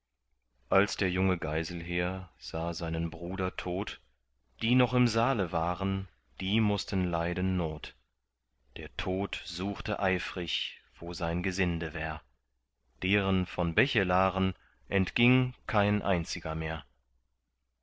als der junge geiselher sah seinen bruder tot die noch im saale waren die mußten leiden not der tod suchte eifrig wo sein gesinde wär deren von bechelaren entging kein einziger mehr